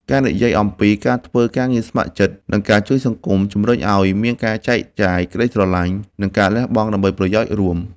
ការនិយាយអំពី ការធ្វើការងារស្ម័គ្រចិត្ត និងការជួយសង្គម ជម្រុញឱ្យមានការចែកចាយក្ដីស្រឡាញ់ និងការលះបង់ដើម្បីប្រយោជន៍រួម។